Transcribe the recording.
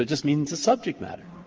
ah just means the subject matter.